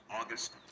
August